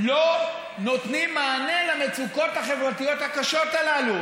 לא נותנים מענה למצוקות החברתיות הקשות הללו.